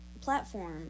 platform